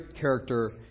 character